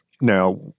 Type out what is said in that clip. Now